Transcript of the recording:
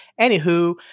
Anywho